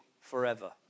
forever